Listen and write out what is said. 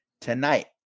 Tonight